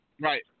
Right